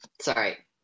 Sorry